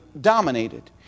dominated